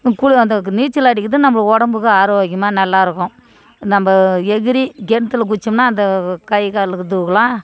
குளு அந்த நீச்சல் அடிக்கிறது நம்ப உடம்புக்கு ஆரோக்கியமாக நல்லா இருக்கும் நம்ப எகிறி கிணத்துல குதிச்சோம்னா அந்த கைக்கால் இதுவுக்குலாம்